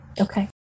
Okay